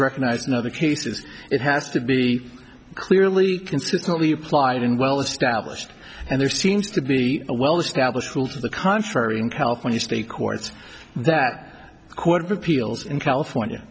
recognized another case is it has to be clearly consistently applied and well established and there seems to be a well established rules of the contrary in california state courts that the court of appeals in california